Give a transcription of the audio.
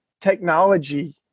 technology